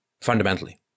fundamentally